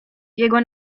jego